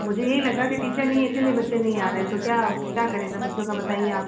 मुझे यही लगा कि टीचर नहीं है इसलिए बच्चे नहीं आ रहे तो क्या तो क्या करे बच्चों का बताइए आप